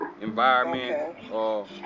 Environment